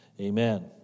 Amen